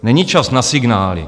Není čas na signály.